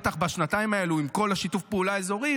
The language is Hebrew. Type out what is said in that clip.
בטח בשנתיים האלה עם כל שיתוף הפעולה האזורי,